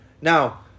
Now